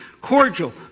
cordial